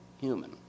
human